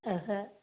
ओहो